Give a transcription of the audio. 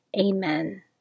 Amen